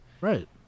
Right